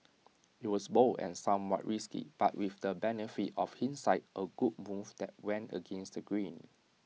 IT was bold and somewhat risky but with the benefit of hindsight A good move that went against the grain